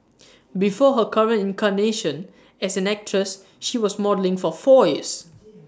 before her current incarnation as an actress she was modelling for four years